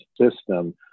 system